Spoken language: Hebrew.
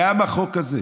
גם החוק הזה,